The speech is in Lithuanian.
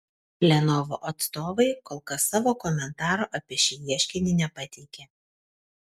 lenovo atstovai kol kas savo komentaro apie šį ieškinį nepateikė